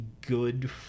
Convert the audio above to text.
good